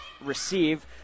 receive